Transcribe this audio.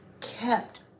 kept